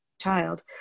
child